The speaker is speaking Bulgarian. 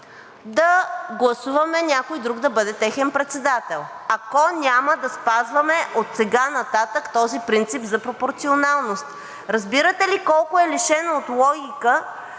да гласуваме някой друг да бъде техен председател, ако няма да спазваме отсега нататък този принцип за пропорционалност! Разбирате ли колко е лишено от логика